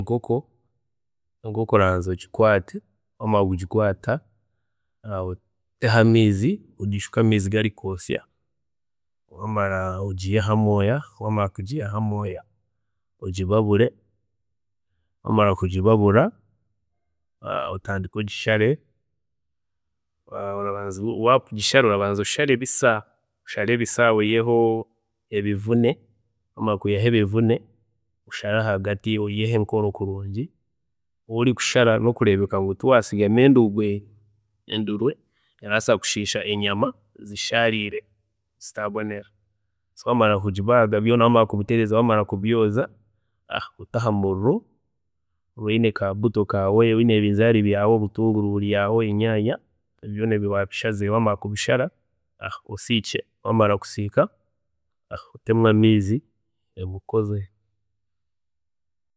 Naaza kuteeka enkoko, enkoko orabanza ogikwaate wamara kugikwaata ogishukeho amaizi garikwosya, wamara ogiiyeho amooya, wamara kugiiyaho amooya ogibabure, wamara kugibabura otandike ogishare, waaza kugishara orabanza kusharaho ebisya, oshare ebisya, oyiheho ebivune, wamara kwiiyaho ebivune, oshare ahagati oyiheho enkoro kurungi, waaba ori kushara nokureebeka ngu tiwasigamu endurwe, endurwe erabaasa kushiisha enyama eshariire etabonera, so wamara kugibaaga byoona wamara kubitereeza, wamara kubyooza, ote ahamuriro oyine ka buto kaawe, oyine ebinzaari byaawe, obutunguru buri aho, enyaanya, byoona ebyo wabishazire, wamara kubishara osiikye, wamara kusiika otmu amaizi okoze